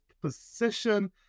position